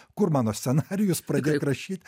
kur mano scenarijus pradėk rašyt